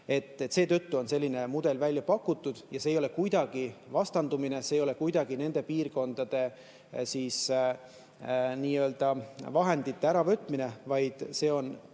Seetõttu on selline mudel välja pakutud. See ei ole kuidagi vastandumine, see ei ole kuidagi nende piirkondade vahendite äravõtmine, vaid see on